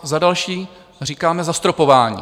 Za další říkáme: zastropování.